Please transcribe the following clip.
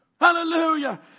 Hallelujah